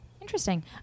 Interesting